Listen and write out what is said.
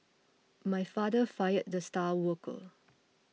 my father fired the star worker